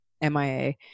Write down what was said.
MIA